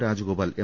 രാജഗോ പാൽ എം